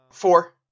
four